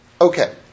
Okay